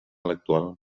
l’actual